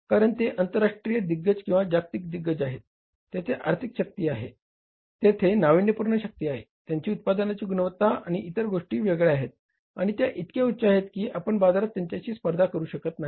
कारण ते आंतरराष्ट्रीय दिग्गज किंवा जागतिक दिग्गज आहेत तेथे आर्थिक शक्ती आहे तेथे नाविन्यपूर्ण शक्ती आहे त्यांची उत्पादनाची गुणवत्ता आणि इतर गोष्टी वेगळ्या आहेत आणि त्या इतक्या उच्च आहेत की आपण बाजारात त्यांच्याशी स्पर्धा करू शकत नाही